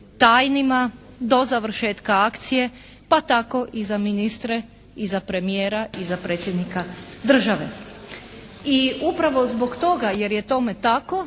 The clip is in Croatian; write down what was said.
tajnima do završetka akcije pa tako i za ministre i za premijera i za Predsjednika države. I upravo zbog toga jer je tome tako